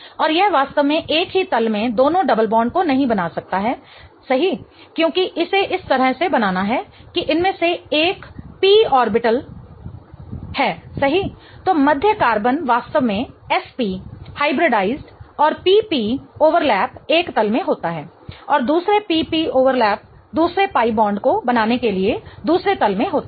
और यह वास्तव में एक ही तल में दोनों डबल बांड को नहीं बना सकता है सही क्योंकि इसे इस तरह से बनाना है कि इनमें से एक पी ऑर्बिटल सही तो मध्य कार्बन वास्तव में sp हाइब्रिडआईज और p p ओवरलैप एक तल में होता है और दूसरे p p ओवरलैप दूसरे pi बॉन्ड को बनाने के लिए दूसरे तल में होता है